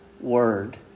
word